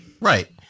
Right